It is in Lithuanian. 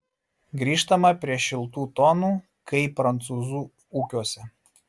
grįžtama prie šiltų tonų kai prancūzų ūkiuose